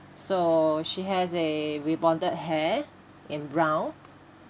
so she has a rebonded hair in brown